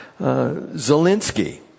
Zelensky